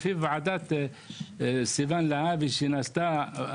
לפי ועדת סיון להבי שנעשתה,